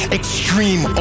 extreme